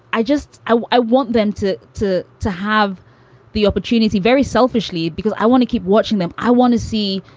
i just i i want them to to to have the opportunity very selfishly, because i want to keep watching them. i want to see.